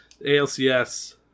ALCS